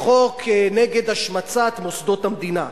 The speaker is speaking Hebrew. חוק נגד השמצת מוסדות המדינה.